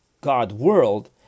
God-world